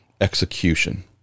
execution